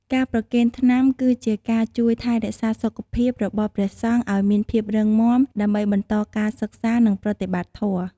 ការប្រគេនថ្នាំ គឺជាការជួយថែរក្សាសុខភាពរបស់ព្រះសង្ឃឱ្យមានភាពរឹងមាំ ដើម្បីបន្តការសិក្សា និងប្រតិបត្តិធម៌។